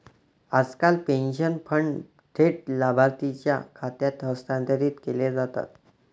आजकाल pension fund थेट लाभार्थीच्या खात्यात हस्तांतरित केले जातात